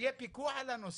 שיהיה פיקוח על הנושא,